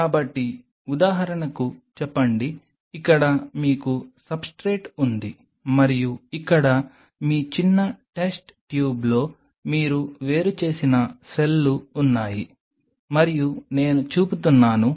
కాబట్టి ఉదాహరణకు చెప్పండి ఇక్కడ మీకు సబ్స్ట్రేట్ ఉంది మరియు ఇక్కడ మీ చిన్న టెస్ట్ ట్యూబ్లో మీరు వేరు చేసిన సెల్లు ఉన్నాయి మరియు నేను చూపుతున్నాను